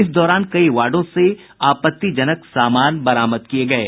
इस दौरान कई वार्डो से आपत्तिजनक सामान बरामद किये गये